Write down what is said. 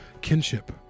Kinship